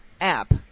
app